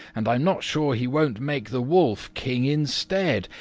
and i'm not sure he won't make the wolf king instead,